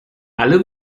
alle